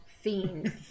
fiend